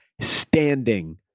standing